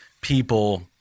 people